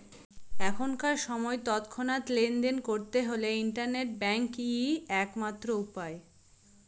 এখনকার সময় তৎক্ষণাৎ লেনদেন করতে হলে ইন্টারনেট ব্যাঙ্কই এক মাত্র উপায়